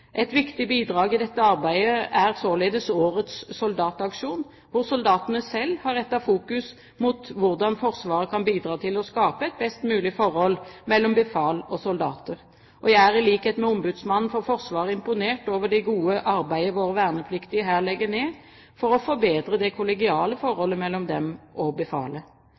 Et viktig bidrag i dette arbeidet er således årets soldataksjon, hvor soldatene selv har rettet fokus mot hvordan Forsvaret kan bidra til å skape et best mulig forhold mellom befal og soldater. Jeg er, i likhet med Ombudsmannen for Forsvaret, imponert over det gode arbeidet våre vernepliktige her legger ned for å forbedre det kollegiale forholdet mellom dem